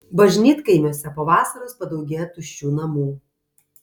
bažnytkaimiuose po vasaros padaugėja tuščių namų